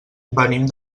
venim